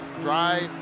drive